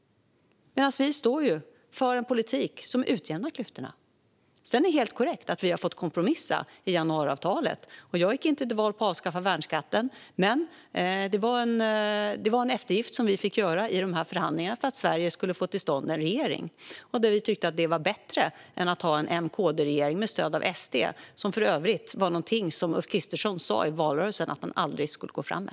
Vi socialdemokrater står för en politik som utjämnar klyftorna. Det är helt korrekt att vi har fått kompromissa i januariavtalet. Jag gick inte till val på att avskaffa värnskatten, men det var en eftergift vi fick göra i förhandlingarna för att Sverige skulle få en regering. Vi tyckte att det var bättre än att ha en M-KD-regering med stöd av SD, som för övrigt var något som Ulf Kristersson sa i valrörelsen att han aldrig skulle gå fram med.